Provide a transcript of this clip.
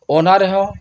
ᱚᱱᱟ ᱨᱮᱦᱚᱸ